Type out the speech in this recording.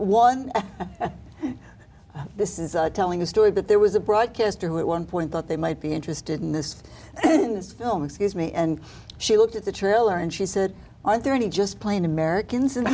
one this is telling a story but there was a broadcaster one point that they might be interested in this film excuse me and she looked at the trailer and she said i thirty just plain americans and